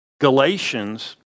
Galatians